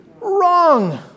Wrong